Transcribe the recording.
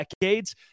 decades